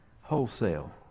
wholesale